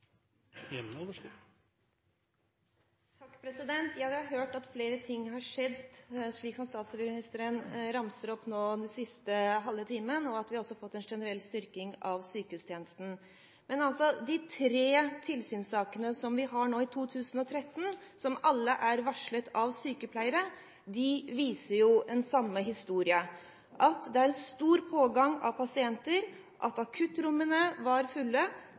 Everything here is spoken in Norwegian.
halve timen – og at vi har fått en generell styrking av sykehustjenesten. Men de tre tilsynssakene som vi har nå i 2013, som alle er varslet av sykepleiere, viser den samme historien: Det er stor pågang av pasienter, akuttrommene er fulle,